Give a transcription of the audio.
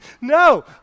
No